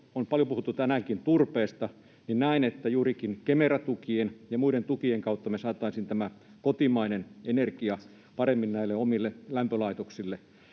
on paljon puhuttu tänäänkin, ja näen, että juurikin Kemera-tukien ja muiden tukien kautta me saataisiin tämä kotimainen energia paremmin näille omille lämpölaitoksille.